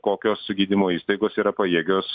kokios gydymo įstaigos yra pajėgios